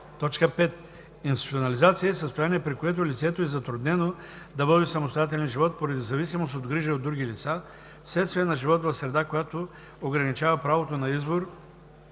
5. „Институционализация“ е състояние, при което лицето е затруднено да води самостоятелен живот поради зависимост от грижа от други лица, вследствие на живот в среда, която ограничава правото на избор,